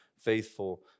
faithful